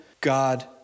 God